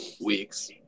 weeks